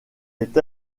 est